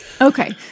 okay